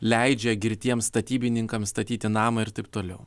leidžia girtiems statybininkams statyti namą ir taip toliau